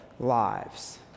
lives